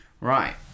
right